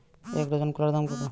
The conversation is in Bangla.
এক ডজন কলার দাম কত?